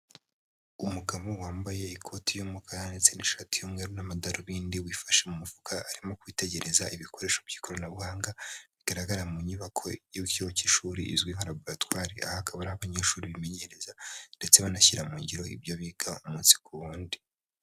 Umugabo wambaye ikoti y'umukara ndetse n'ishati y'umweru n'amadarubindi wifashe mu mufuka, arimo kwitegereza ibikoresho by'ikoranabuhanga, bigaragara mu nyubako y'ikigo cy'ishuri izwi nka laboratware. Ahakaba ari abanyeshuri bimenyereza, ndetse banashyira mu ngiro ibyo biga umunsi ku wundi.